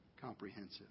comprehensive